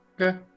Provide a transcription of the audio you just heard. Okay